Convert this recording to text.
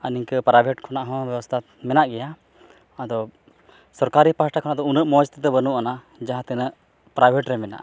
ᱟᱨ ᱱᱤᱝᱠᱟᱹ ᱯᱨᱟᱭᱵᱷᱮᱴ ᱠᱷᱚᱱᱟᱜ ᱦᱚᱸ ᱵᱮᱵᱚᱥᱛᱟ ᱢᱮᱱᱟᱜ ᱜᱮᱭᱟ ᱟᱫᱚ ᱥᱚᱨᱠᱟᱨᱤ ᱯᱟᱦᱴᱟ ᱠᱷᱚᱱᱟᱜ ᱫᱚ ᱩᱱᱟᱹᱜ ᱢᱚᱡᱽᱛᱮᱫᱚ ᱵᱟᱹᱱᱩᱜ ᱟᱱᱟ ᱡᱟᱦᱟᱸ ᱛᱤᱱᱟᱹᱜ ᱯᱨᱟᱭᱵᱷᱮᱴᱨᱮ ᱢᱮᱱᱟᱜᱼᱟ